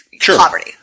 poverty